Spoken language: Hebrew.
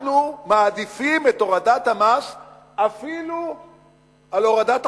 אנחנו מעדיפים את הורדת המס אפילו על הורדת החוב.